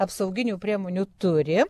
apsauginių priemonių turi